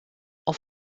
auf